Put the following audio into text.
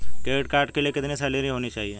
Credit card के लिए कितनी सैलरी होनी चाहिए?